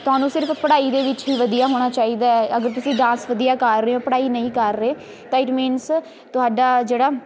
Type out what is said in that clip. ਤੁਹਾਨੂੰ ਸਿਰਫ਼ ਪੜ੍ਹਾਈ ਦੇ ਵਿੱਚ ਹੀ ਵਧੀਆ ਹੋਣਾ ਚਾਹੀਦਾ ਹੈ ਅਗਰ ਤੁਸੀਂ ਡਾਂਸ ਵਧੀਆ ਕਰ ਰਹੇ ਹੋ ਪੜ੍ਹਾਈ ਨਹੀਂ ਕਰ ਰਹੇ ਤਾਂ ਇਟ ਮੀਨਸ ਤੁਹਾਡਾ ਜਿਹੜਾ